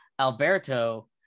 Alberto